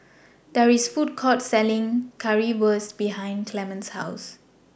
There IS A Food Court Selling Currywurst behind Clemens' House